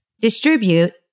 distribute